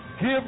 give